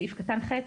בסעיף קטן (ח),